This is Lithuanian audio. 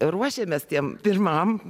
ruošėmės tiem pirmam